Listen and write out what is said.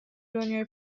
دنیای